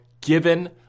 given